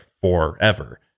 forever